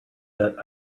that